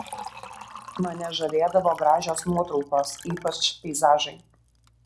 mane žavėdavo gražios nuotraukos ypač peizažai